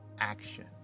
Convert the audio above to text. action